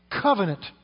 covenant